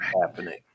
happening